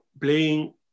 playing